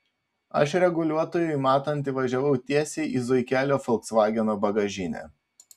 aš reguliuotojui matant įvažiavau tiesiai į zuikelio folksvageno bagažinę